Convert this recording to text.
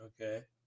Okay